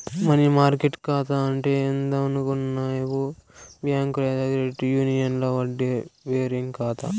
money market కాతా అంటే ఏందనుకునేవు బ్యాంక్ లేదా క్రెడిట్ యూనియన్ల వడ్డీ బేరింగ్ కాతా